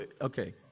okay